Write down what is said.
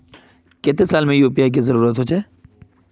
केते साल में यु.पी.आई के जरुरत होचे?